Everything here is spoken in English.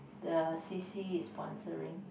the c_c is sponsoring